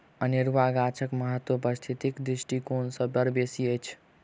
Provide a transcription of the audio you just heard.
अनेरुआ गाछक महत्व पारिस्थितिक दृष्टिकोण सँ बड़ बेसी अछि